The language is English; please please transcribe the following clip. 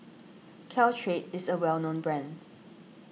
Caltrate is a well known brand